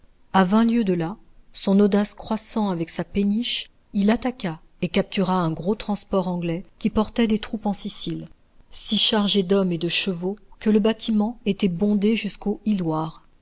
à vingt lieues de là son audace croissant avec sa péniche il attaqua et captura un gros transport anglais qui portait des troupes en sicile si chargé d'hommes et de chevaux que le bâtiment était bondé jusqu'aux